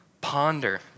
ponder